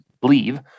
believe